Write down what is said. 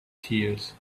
tears